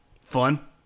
Fun